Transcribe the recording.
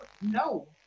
No